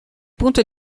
punto